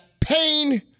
pain